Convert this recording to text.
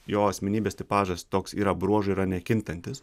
jo asmenybės tipažas toks yra bruožai yra nekintantys